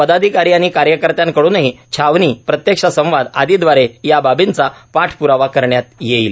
पदाधिकारी आणि कार्यकर्त्यांकडूनही छावणीए प्रत्यक्ष संवाद आदींद्वारे या बाबींचा पाठप्रावा करण्यात येईल